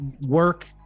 work